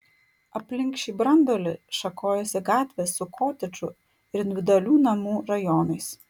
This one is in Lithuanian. aplink šį branduolį šakojosi gatvės su kotedžų ir individualių namų rajonais